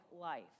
life